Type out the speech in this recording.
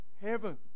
heaven